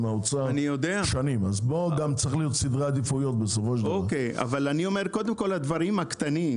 שלם סביב הדבר הזה ושיח עם כל חברות הכנסת